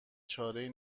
چارهای